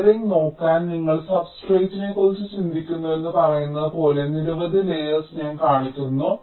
layering നോക്കാൻ നിങ്ങൾ സബ്സ്ട്രേറ്റിനെക്കുറിച്ച് ചിന്തിക്കുന്നുവെന്ന് പറയുന്നത് പോലെ നിരവധി ലേയേർസ് ഞാൻ കാണിക്കുന്നു